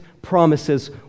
promises